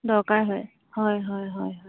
দৰকাৰ হয় হয় হয় হয় হয়